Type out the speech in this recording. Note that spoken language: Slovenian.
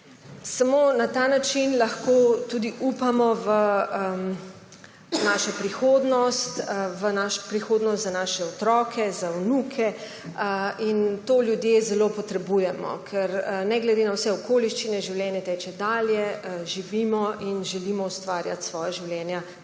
Samo na ta način lahko tudi upamo v našo prihodnost, v prihodnost za naše otroke, za vnuke. To ljudje zelo potrebujemo, ker ne glede na vse okoliščine življenje teče dalje, živimo in želimo ustvarjati svoja življenja